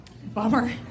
Bummer